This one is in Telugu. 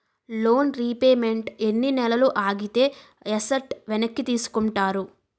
లోన్ రీపేమెంట్ ఎన్ని నెలలు ఆగితే ఎసట్ వెనక్కి తీసుకుంటారు?